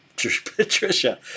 Patricia